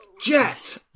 Jet